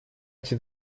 эти